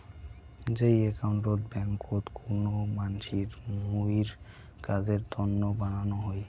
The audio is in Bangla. যেই একাউন্ট ব্যাংকোত কুনো মানসির মুইর কাজের তন্ন বানানো হই